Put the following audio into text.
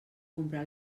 comprar